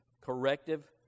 corrective